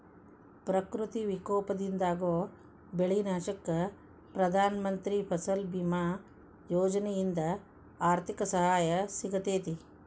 ಪ್ರಕೃತಿ ವಿಕೋಪದಿಂದಾಗೋ ಬೆಳಿ ನಾಶಕ್ಕ ಪ್ರಧಾನ ಮಂತ್ರಿ ಫಸಲ್ ಬಿಮಾ ಯೋಜನೆಯಿಂದ ಆರ್ಥಿಕ ಸಹಾಯ ಸಿಗತೇತಿ